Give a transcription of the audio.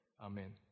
amen